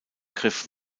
griff